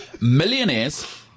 millionaires